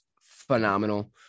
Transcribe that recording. phenomenal